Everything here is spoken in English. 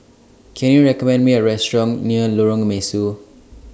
Can YOU recommend Me A Restaurant near Lorong Mesu